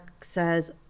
says